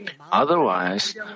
Otherwise